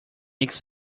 aches